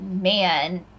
man